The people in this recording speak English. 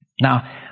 Now